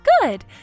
Good